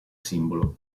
simbolo